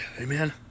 Amen